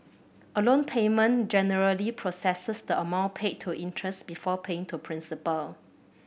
a loan payment generally processes the amount paid to interest before paying to principal